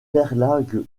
verlag